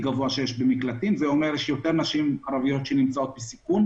אומר שיש יותר נשים ערביות שנמצאות בסכנה,